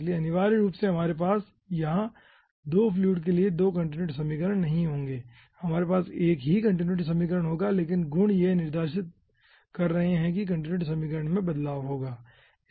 इसलिए अनिवार्य रूप से हमारे पास यहां 2 फ्लूइड के लिए 2 कंटीन्यूटी समीकरण नही होंगे हमारे पास एक ही कंटीन्यूटी समीकरण होंगा लेकिन गुण यह निर्देशित कर रहे है कि कंटिन्यूटी समीकरण में बदलाव होगा